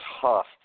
tough